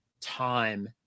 time